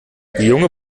junge